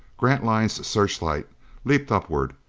grantline's searchlight leaped upward,